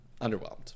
underwhelmed